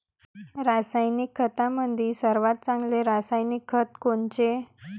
रासायनिक खतामंदी सर्वात चांगले रासायनिक खत कोनचे?